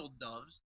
doves